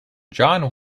john